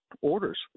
orders